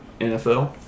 NFL